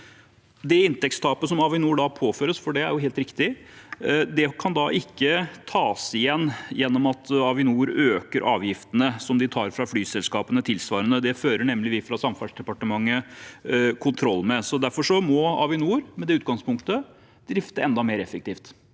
Det inntektstapet som Avinor da påføres – for det er jo helt riktig – kan ikke tas igjen gjennom at Avinor øker avgiftene som de tar fra flyselskapene, tilsvarende. Det fører nemlig vi fra Samferdselsdepartementet kontroll med. Derfor må Avinor, med det utgangspunktet, drifte enda mer effektivt.